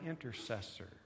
intercessor